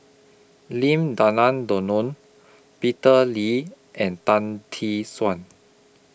Lim Denan Denon Peter Lee and Tan Tee Suan